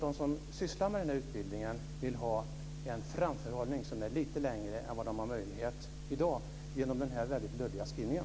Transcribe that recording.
De som sysslar med den här utbildningen vill kunna ha en framförhållning som är lite längre än vad de har möjlighet till i dag genom den här väldigt luddiga skrivningen.